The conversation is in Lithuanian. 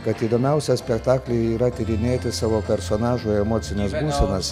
kad įdomiausia spektaklyje yra tyrinėti savo personažų emocines būsenas